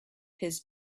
his